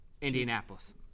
Indianapolis